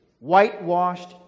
whitewashed